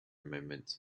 moment